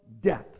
death